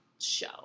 show